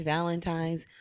Valentine's